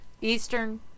Eastern